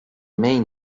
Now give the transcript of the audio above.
main